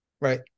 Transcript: right